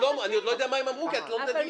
אני עוד לא יודע מה הם אמרו כי את לא נותנת לשמוע.